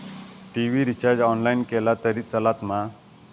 TV recharge online केला तरी चलात मा?